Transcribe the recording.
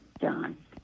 John